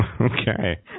Okay